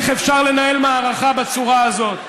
איך אפשר לנהל מערכה בצורה הזאת?